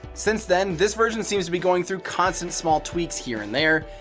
since then, this version seems to be going through constant small tweaks here and there,